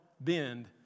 bend